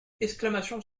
exclamations